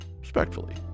respectfully